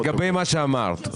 לגבי מה שאמרת,